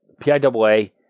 PIAA